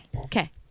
Okay